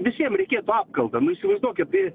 visiem reikėtų apkaltą nu įsivaizduokit